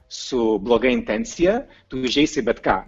su bloga intencija tu įžeisi bet ką